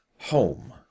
Home